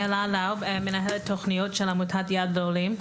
מנהלת תוכניות של עמותת יד לעולים.